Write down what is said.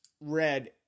red